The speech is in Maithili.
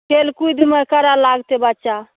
खेलकूदमे करऽ लागतै बच्चा